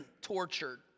tortured